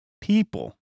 people